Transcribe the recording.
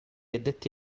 addetti